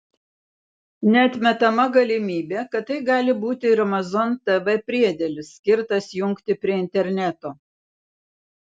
neatmetama galimybė kad tai gali būti ir amazon tv priedėlis skirtas jungti prie interneto